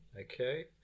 Okay